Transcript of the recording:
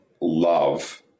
love